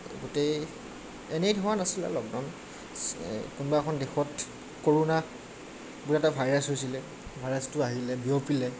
গোটেই এনেই ধৰা নাছিলে লকডাউন কোনোবা এখন দেশত কৰোণা বুলি এটা ভাইৰাচ হৈছিলে ভাইৰাচটো আহিলে বিয়পিলে